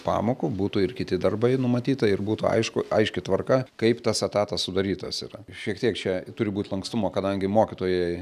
pamokų būtų ir kiti darbai numatyta ir būtų aišku aiški tvarka kaip tas etatas sudarytas yra šiek tiek čia turi būti lankstumo kadangi mokytojai